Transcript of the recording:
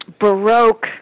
baroque